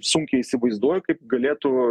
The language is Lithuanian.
sunkiai įsivaizduoju kaip galėtų